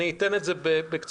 אני אגיד בקצרה.